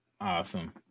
Awesome